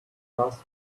last